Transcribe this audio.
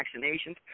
vaccinations